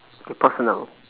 K personal